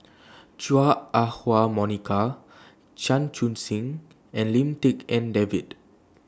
Chua Ah Huwa Monica Chan Chun Sing and Lim Tik En David